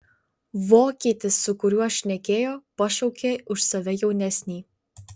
vokietis su kuriuo šnekėjo pašaukė už save jaunesnį